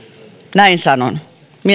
näin sanon